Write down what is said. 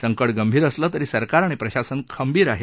संकट गंभीर असलं तरी सरकार आणि प्रशासन खंबीर आहे